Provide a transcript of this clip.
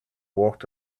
walked